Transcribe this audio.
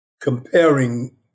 comparing